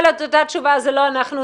את אותה תשובה האומרת זה לא אנחנו,